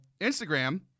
Instagram